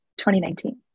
2019